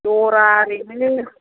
जरा ओरैनो